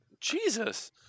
Jesus